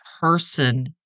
person